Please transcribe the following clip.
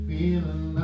Feeling